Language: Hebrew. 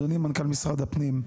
אדוני מנכ"ל משרד הפנים,